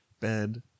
bed